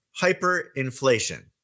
hyperinflation